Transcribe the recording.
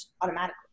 automatically